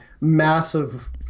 massive